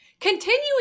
Continuing